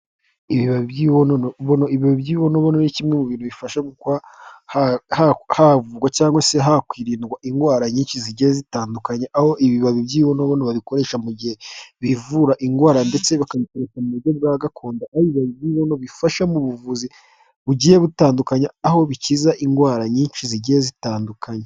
Ibibabi by'ibibonobono, ibibabi by'ibibonobono ni kimwe mu bintu bifasha havugwa cyangwa se hakwirindwa indwara nyinshi zigiye zitandukanye aho ibibabi by'ibibonobono babikoresha mu gihe bivura indwara ndetse bakabikoresha mu buryo bwa gakondo aho ibibabi by'ibibonobono bifasha mu buvuzi bugiye butandukanye aho bikiza indwara nyinshi zigiye zitandukanye.